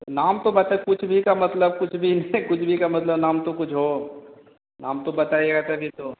नाम तो बता कुछ भी कुछ भी का मतलब कुछ भी कुछ भी का मतलब नाम तो कुछ हो नाम तो बताइएगा तभी तो